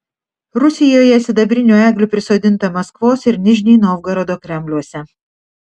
rusijoje sidabrinių eglių prisodinta maskvos ir nižnij novgorodo kremliuose